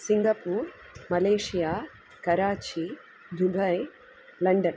Singapore Malaysia Karachi Dubai London